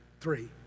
three